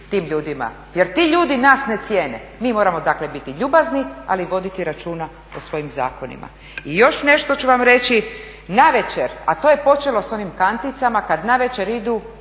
tim ljudima. Jer ti ljudi nas ne cijene. Mi moramo, dakle biti ljubazni, ali i voditi računa o svojim zakonima. I još nešto ću vam reći. Navečer, a to je počelo sa onim kanticama kad navečer idu,